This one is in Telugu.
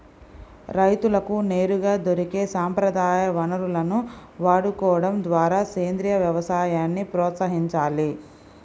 రైతులకు నేరుగా దొరికే సంప్రదాయ వనరులను వాడుకోడం ద్వారా సేంద్రీయ వ్యవసాయాన్ని ప్రోత్సహించాలి